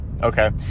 Okay